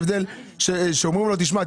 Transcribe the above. הרי יש הבדל כשאומרים לו: תשמע,